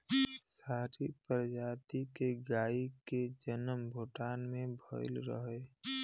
सीरी प्रजाति के गाई के जनम भूटान में भइल रहे